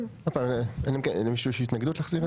כן, יש למישהו התנגדות להחזיר את זה?